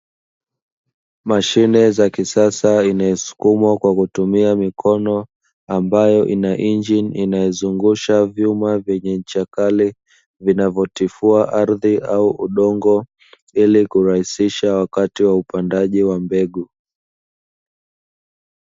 Mashine za kisasa inayosukumwa kwa kutumia mikono ambayo ina injini, inayozungusha vyuma vyenye ncha kali vinavyotifua ardhi au udongo ili kulaahisisha wakati wa upandaji wa mbegu.